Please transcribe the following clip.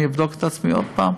אני אבדוק את עצמי עוד פעם,